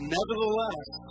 Nevertheless